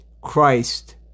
Christ